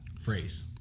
phrase